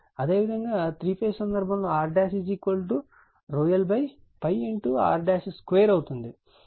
అదేవిధంగా 3 ఫేజ్ సందర్భంలో R lr2 అవుతుంది